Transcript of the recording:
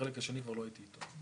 בחלק השני כבר לא הייתי איתו.